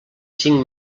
cinc